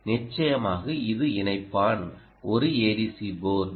நிச்சயமாக இது இணைப்பான் ஒரு ஏடிசி போர்ட்